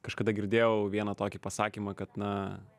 kažkada girdėjau vieną tokį pasakymą kad na